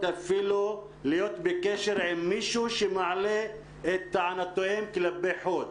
אפילו להיות בקשר עם מישהו שמעלה את טענותיהם כלפי חוץ.